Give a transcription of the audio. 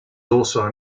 also